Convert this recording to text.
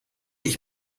ich